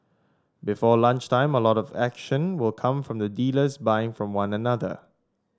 before lunchtime a lot of the action will come from dealers buying from one another